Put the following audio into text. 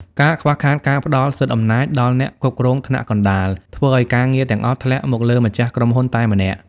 ការខ្វះខាតការផ្ដល់សិទ្ធិអំណាច ដល់អ្នកគ្រប់គ្រងថ្នាក់កណ្ដាល ធ្វើឱ្យការងារទាំងអស់ធ្លាក់មកលើម្ចាស់ក្រុមហ៊ុនតែម្នាក់។